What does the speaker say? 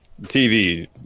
TV